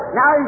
Now